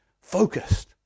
focused